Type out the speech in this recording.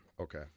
okay